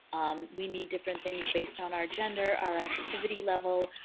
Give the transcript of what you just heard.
um we need different things based on our gender our activity level,